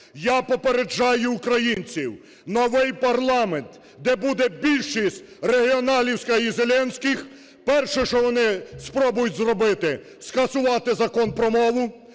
Я попереджаю українців: новий парламент, де буде більшість регіоналівських і зеленських, перше, що вони спробують зробити: скасувати Закон про мову,